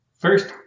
First